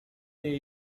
niej